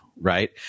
right